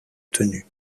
tenue